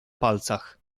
palcach